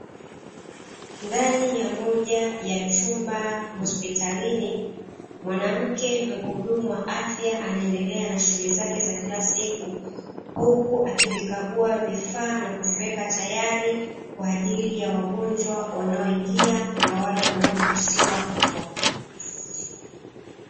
Ndani ya moja ya vyumba hospitalini, mwanamke mhudumu wa afya anaendelea na shughuli zake za kila siku huku akivikagua vifaa na kuviweka tayari kwa ajili ya wagonjwa wanaoingia na wale wanaoruhusiwa kutoka.